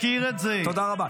תודה רבה.